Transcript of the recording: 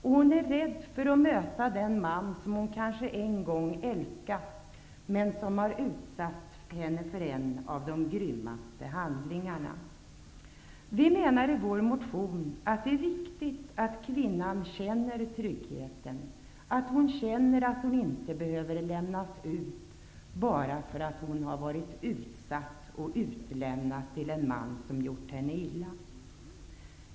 Hon är rädd för att möta den man som hon en gång kanske har älskat men som har utsatt henne för en av de grymmaste handlingarna. Vi menar i vår motion att det är viktigt att kvinnan känner trygghet och att hon känner att hon inte behöver lämnas ut bara därför att hon har varit utsatt för och utlämnad till en man som har gjort henne illa.